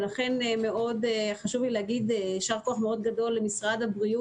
חשוב לי מאוד להגיד ישר כוח מאוד גדול למשרד הבריאות